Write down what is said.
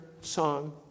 song